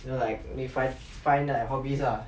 you know like we find find err hobbies lah